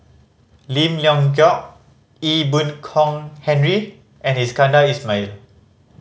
Lim Leong Geok Ee Boon Kong Henry and Iskandar Ismail